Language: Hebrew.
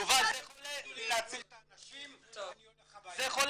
--- להציל את האנשים --- זה חלה